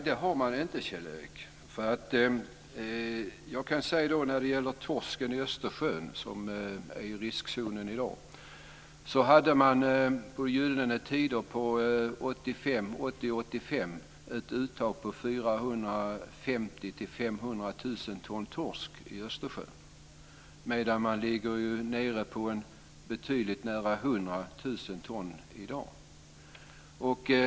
Fru talman! Nej, det har man inte, Kjell-Erik. När det gäller torsken i Östersjön, som är i riskzonen i dag, hade man under de gyllene tiderna 1980-1985 ett uttag på 450 000-500 000 ton torsk i Östersjön medan man ligger nära 100 000 ton i dag.